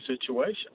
situation